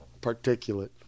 Particulate